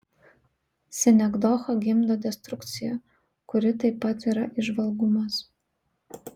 sinekdocha gimdo destrukciją kuri taip pat yra įžvalgumas